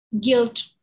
guilt